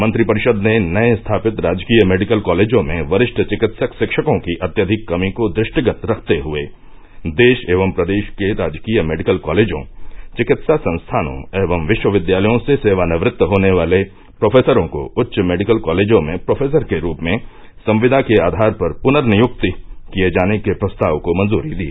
मंत्रिपरिषद ने नये स्थापित राजकीय मेडिकल कॉलेजों में वरिष्ठ चिकित्सक शिक्षकों की अत्यविक कमी को दृष्टिगत रखते हुए देश एवं प्रदेश के राजकीय मेडिकल कॉलेजों चिकित्सा संस्थानों एवं विश्वविद्यालयों से सेवानिवृत्त होने वाले प्रोफेसरों को उच्च मेडिकल कॉलेजों में प्रोफेसर के रूप में संविदा के आधार पर पुनर्नियुक्ति किये जाने के प्रस्ताव को मंजूरी दी